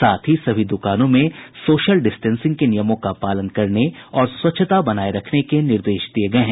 साथ ही सभी द्रकानों में सोशल डिस्टेंसिंग के नियमों का पालन करने और स्वच्छता बनाये रखने के निर्देश दिये गये हैं